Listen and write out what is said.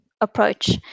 approach